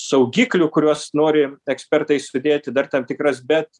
saugiklių kuriuos nori ekspertai sudėti dar tam tikras bet